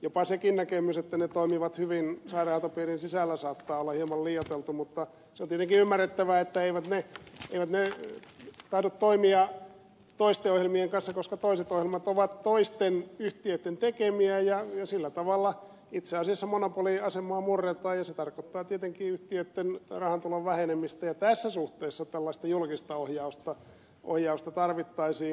jopa sekin näkemys että ne toimivat hyvin sairaanhoitopiirin sisällä saattaa olla hieman liioiteltu mutta se on tietenkin ymmärrettävää että eivät ne tahdo toimia toisten ohjelmien kanssa koska toiset ohjelmat ovat toisten yhtiöitten tekemiä ja sillä tavalla itse asiassa monopoliasemaa murretaan ja se tarkoittaa tietenkin yhtiöitten rahantulon vähenemistä ja tässä suhteessa tällaista julkista oh jausta tarvittaisiin